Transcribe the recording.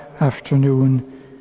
afternoon